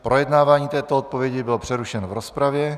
Projednávání této odpovědi bylo přerušeno v rozpravě.